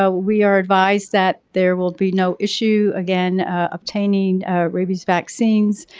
ah we're advised that there will be no issue again obtaining rabies vaccines.